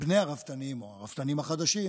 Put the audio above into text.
בני הרפתנים או הרפתנים החדשים,